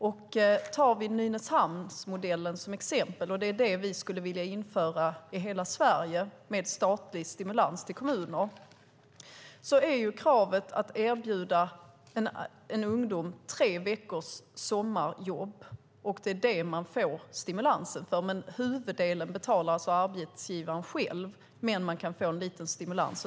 Vi skulle vilja införa Nynäshamnsmodellen i hela Sverige med statlig stimulans till kommuner. Där är kravet att erbjuda en ungdom tre veckors sommarjobb. Det är det som man får stimulansen för. Huvuddelen betalas av arbetsgivaren, men man kan få en liten stimulans.